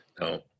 no